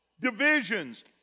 divisions